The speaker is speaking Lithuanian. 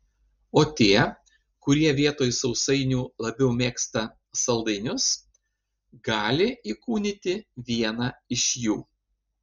o tie kurie vietoj sausainių labiau mėgsta saldainius gali įkūnyti vieną iš jų